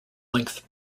length